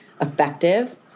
effective